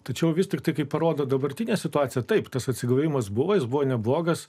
tačiau vis tiktai kaip parodo dabartinė situacija taip tas atsigavimas buvo jis buvo neblogas